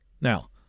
Now